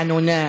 החמלה,